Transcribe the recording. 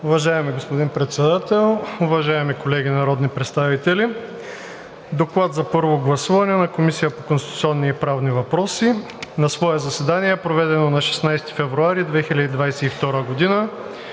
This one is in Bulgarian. Уважаеми господин Председател, уважаеми колеги народни представители! „ДОКЛАД за първо гласуване на Комисията по конституционни и правни въпроси На свое заседание, проведено на 16 февруари 2022 г.,